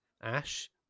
Ash